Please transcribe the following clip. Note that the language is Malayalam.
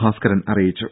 ഭാസ്കരൻ അറിയിച്ചു